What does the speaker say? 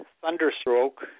Thunderstroke